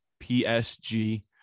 PSG